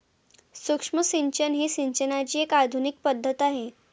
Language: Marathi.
सूक्ष्म सिंचन ही सिंचनाची एक आधुनिक पद्धत आहे